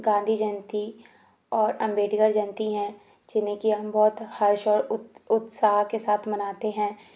गांधी जयंती और अम्बेडकर जयंती है जिन्हें कि हम बहुत हर्ष और उत्साह के साथ मनाते हैं